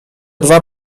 dwa